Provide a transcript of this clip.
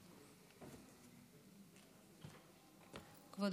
כבוד